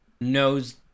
knows